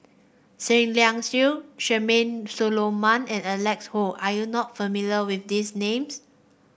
Seah Liang Seah Charmaine Solomon and Alec Kuok are you not familiar with these names